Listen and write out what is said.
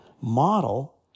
model